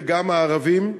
וגם הערביים.